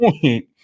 point